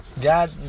God